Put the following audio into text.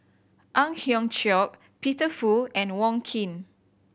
Ang Hiong Chiok Peter Fu and Wong Keen